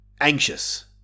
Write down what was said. Anxious